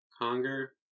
Conger